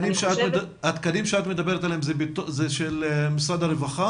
התקנים שאת מדברת עליהם הם של משרד הרווחה